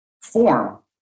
form